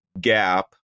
gap